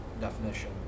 definition